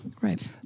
Right